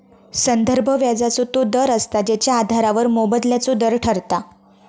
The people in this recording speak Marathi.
संदर्भ व्याजाचो तो दर असता जेच्या आधारावर मोबदल्याचो दर ठरता